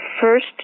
first